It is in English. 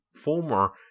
former